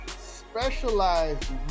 specialized